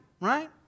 right